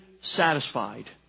satisfied